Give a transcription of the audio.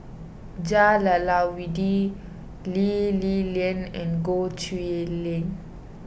Jah Lelawati Lee Li Lian and Goh Chiew Lye